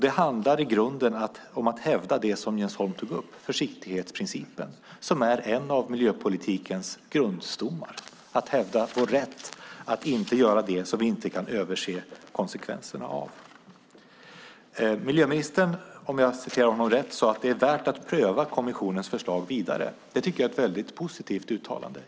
Det handlar i grunden om att hävda det som Jens Holm tog upp, det vill säga försiktighetsprincipen, som är en av miljöpolitikens grundstommar och att hävda vår rätt att inte göra det som vi inte kan överblicka konsekvenserna av. Miljöministern sade, om jag citerar honom rätt, att det är värt att pröva kommissionens förslag vidare. Det tycker jag är ett väldigt positivt uttalande.